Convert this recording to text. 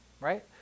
Right